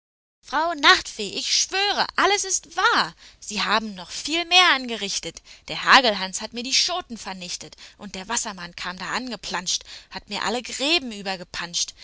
frau nachtfee ich schwöre alles ist wahr sie haben noch viel mehr angerichtet der hagelhans hat mir die schoten vernichtet und der wassermann kam da angeplanscht hat mir alle gräben